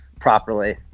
properly